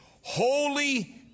holy